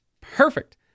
perfect